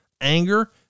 anger